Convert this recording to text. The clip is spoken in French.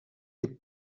les